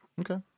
Okay